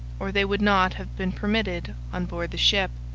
or they would not have been permitted on board the ship.